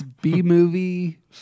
B-movie